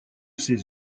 ces